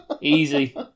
Easy